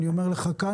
אני אומר לך כאן,